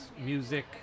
music